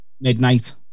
midnight